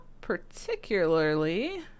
particularly